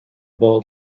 ball